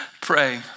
pray